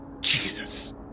Jesus